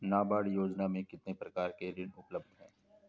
नाबार्ड योजना में कितने प्रकार के ऋण उपलब्ध हैं?